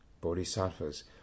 Bodhisattvas